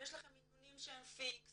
יש לכם מינונים שהם פיקס,